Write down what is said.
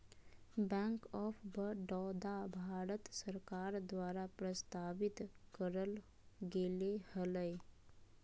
bank of Baroda, Bharat सरकार द्वारा प्रस्तावित करल गेले हलय